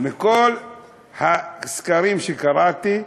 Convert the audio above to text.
מכל הסקרים שקראתי,